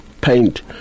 paint